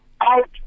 out